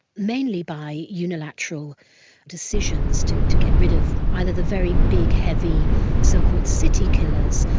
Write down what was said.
mainly by unilateral decisions to to get rid of either the very big, heavy so-called city killers,